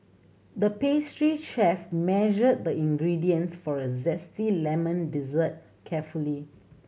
the pastry chef measured the ingredients for a zesty lemon dessert carefully